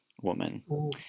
woman